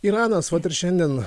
iranas vat ir šiandien